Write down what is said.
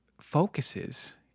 focuses